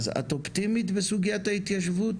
את אופטימית בסוגית ההתיישבות?